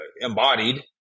embodied